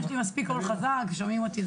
יש לי מספיק קול חזק ושומעים אותי.